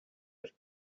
کرد